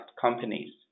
companies